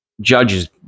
judges